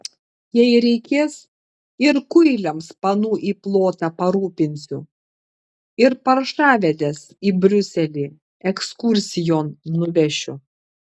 jei reikės ir kuiliams panų į plotą parūpinsiu ir paršavedes į briuselį ekskursijon nuvešiu